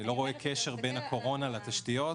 אני לא רואה קשר בין הקורונה לתשתיות.